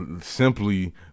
Simply